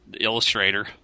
illustrator